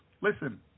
Listen